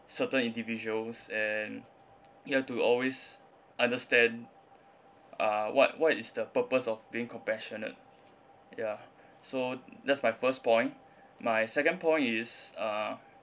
certain individuals and you have to always understand uh what what is the purpose of being compassionate ya so that's my first point my second point is uh